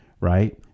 right